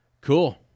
cool